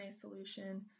solution